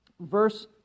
verse